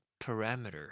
parameter